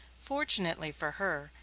fortunately for her,